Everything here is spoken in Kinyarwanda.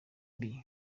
mbi